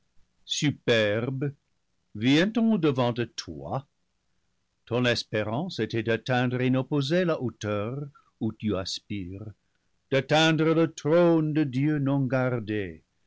superbe vient-on au-devant de loi ton espérance était d'atteindre inopposé la hauteur où tu aspires d'atteindre le trône de dieu non gardé